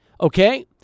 okay